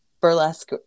burlesque